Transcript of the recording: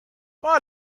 why